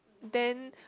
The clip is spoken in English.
then